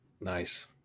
Nice